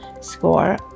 score